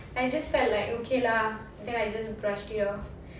I just felt like okay lah then I just brushed it off